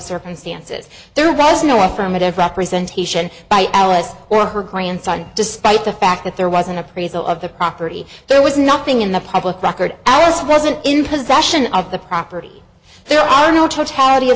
circumstances there was no affirmative representation by alice or her grandson despite the fact that there was an appraisal of the property there was nothing in the public record ours wasn't in possession of the property there are no totality of